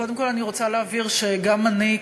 קודם כול אני רוצה להבהיר שגם אני,